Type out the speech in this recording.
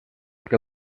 que